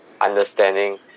understanding